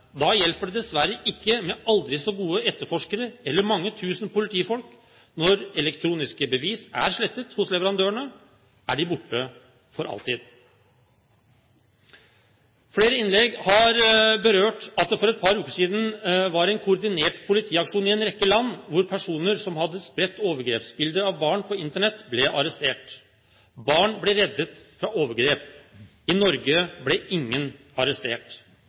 Da hjelper det dessverre ikke med aldri så gode etterforskere eller mange tusen politifolk. Når elektroniske bevis er slettet hos leverandørene, er de borte for alltid. Flere innlegg har berørt at det for et par uker siden var en koordinert politiaksjon i en rekke land, hvor personer som hadde spredt overgrepsbilder av barn på Internett, ble arrestert. Barn ble reddet fra overgrep. I Norge ble ingen arrestert.